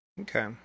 Okay